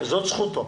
וזאת זכותו.